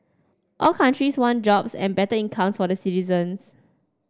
all countries want jobs and better incomes for the citizens